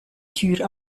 tür